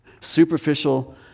Superficial